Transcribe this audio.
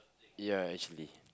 ya actually